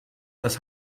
das